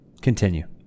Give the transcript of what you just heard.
continue